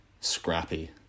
scrappy